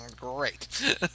Great